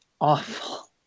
awful